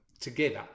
together